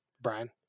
Brian